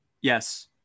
Yes